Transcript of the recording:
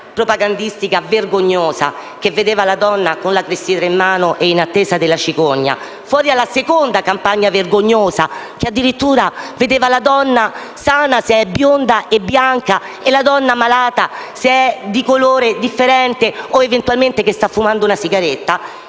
propagandistica vergognosa, che vedeva la donna con la clessidra in mano e in attesa della cicogna, e fuori dalla seconda campagna vergognosa, che addirittura vedeva la donna sana se è bionda e bianca, e malata se è di colore differente o eventualmente sta fumando una sigaretta,